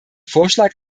vorschlag